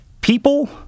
people